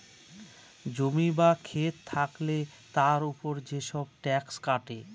জমি বা খেত থাকলে তার উপর যেসব ট্যাক্স কাটে